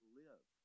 live